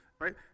right